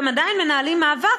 הם עדיין מנהלים מאבק,